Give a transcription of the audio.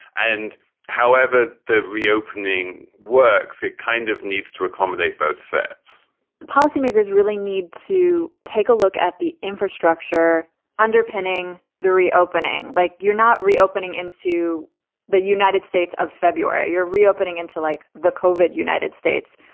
and however the reopening works, it kind of needs to accommodate both sets the policy makers really need to take a look at the infrastructure underpinning the reopening. like you're not reopening into the united states of february. you're reopening until like the covered united states.